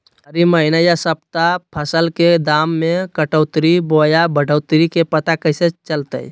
हरी महीना यह सप्ताह फसल के दाम में घटोतरी बोया बढ़ोतरी के पता कैसे चलतय?